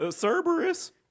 Cerberus